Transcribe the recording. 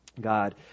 god